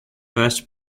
first